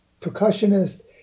percussionist